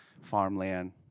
farmland